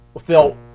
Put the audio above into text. Phil